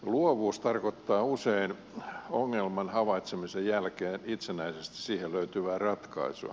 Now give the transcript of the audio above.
luovuus tarkoittaa usein ongelman havaitsemisen jälkeen itsenäisesti siihen löytyvää ratkaisua